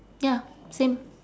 ya same